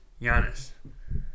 Giannis